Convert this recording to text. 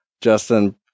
justin